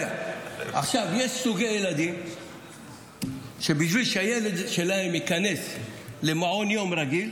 יש סוגי ילדים שבשביל שהילד שלהם ייכנס למעון יום רגיל,